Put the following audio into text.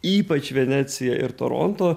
ypač venecija ir toronto